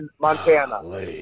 montana